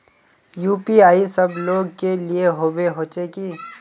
UPI सब लोग के लिए होबे होचे की?